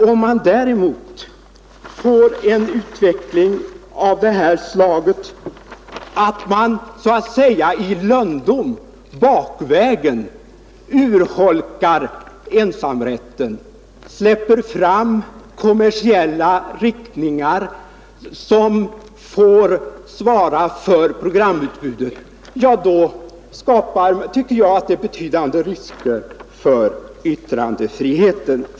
Om vi får en utveckling av det slaget att man så att säga i lönndom, bakvägen, urholkar ensamrätten och släpper fram kommersiella intressen och andra grupper som får svara för programutbudet — ja, då tycker jag att det skapas betydande risker för yttrandefriheten.